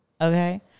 okay